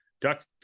ducks